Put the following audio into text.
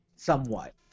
Somewhat